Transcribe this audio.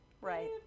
Right